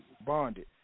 bonded